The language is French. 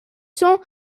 cent